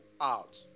out